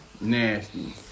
Nasty